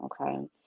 okay